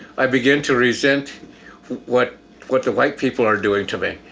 i began to resent what what the white people are doing to me.